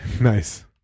nice